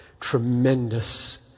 tremendous